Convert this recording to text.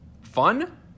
fun